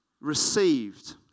received